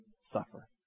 suffer